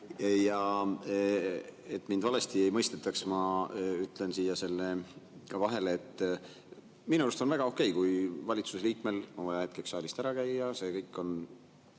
Et mind valesti ei mõistetaks, ma ütlen siia vahele, et minu arust on väga okei, kui valitsuse liikmel on vaja hetkeks saalist ära käia. See kõik on